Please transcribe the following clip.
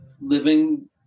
living